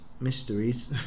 mysteries